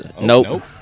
nope